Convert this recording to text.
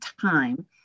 time